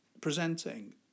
presenting